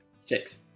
Six